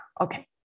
okay